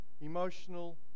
emotional